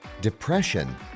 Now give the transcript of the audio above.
depression